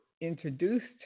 introduced